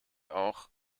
auch